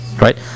right